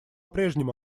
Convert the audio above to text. прежнему